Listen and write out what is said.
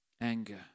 Anger